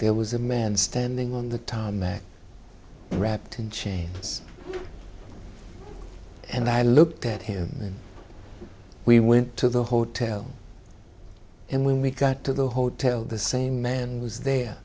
there was a man standing on the tarmac wrapped in chains and i looked at him and we went to the hotel and when we got to the hotel the same man was there